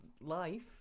life